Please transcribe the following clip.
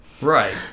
Right